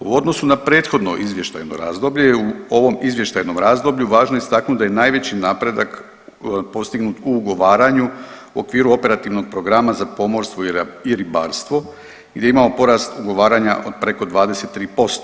U odnosu na prethodno izvještajno razdoblje, u ovom izvještajnom razdoblju važno je istaknut da je najveći napredak postignut u ugovaranju u okviru operativnog programa za pomorstvo i ribarstvo gdje imamo porast ugovaranja od preko 23%